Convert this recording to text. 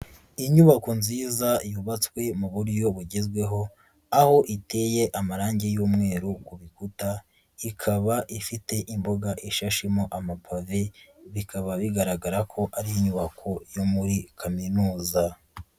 Inyubako nziza yubatswe mu buryo bugezweho aho iteye amarange y'umweru ku bikuta, ikaba ifite imbuga ishashemo amapave bikaba bigaragara ko ari inyubako yo muri kaminuza.